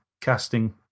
casting